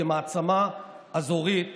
כמעצמה אזורית